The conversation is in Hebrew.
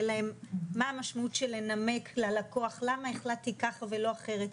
להם מה המשמעות של לנמק ללקוח למה החלטתי ככה ולא אחרת,